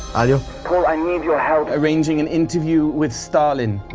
ah you know your help arranging an interview with stalin.